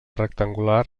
rectangular